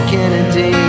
Kennedy